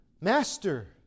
Master